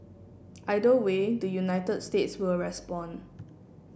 either way the United States will respond